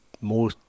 More